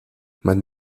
man